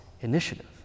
initiative